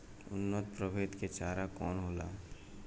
उन्नत प्रभेद के चारा कौन होला?